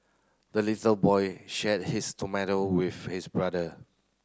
the little boy shared his tomato with his brother